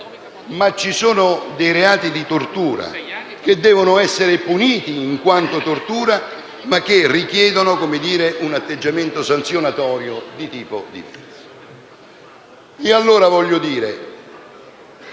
ma ci sono dei reati di tortura che devono essere puniti in quanto tortura, ma che richiedono un atteggiamento sanzionatorio di tipo diverso. Alla luce di